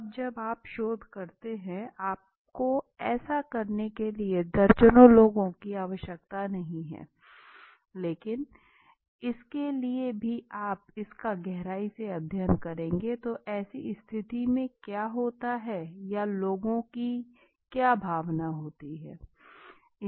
अब जब आप ऐसा शोध करते हैं आपको ऐसा करने के लिए दर्जनों लोगों की आवश्यकता नहीं है लेकिन इसके लिए भी आप इसका गहराई से अध्ययन करेंगे की ऐसी स्थिति में क्यों होता है या लोगों की के भावनाएं होती हैं